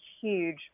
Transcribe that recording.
huge